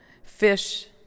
Fish